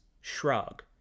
shrug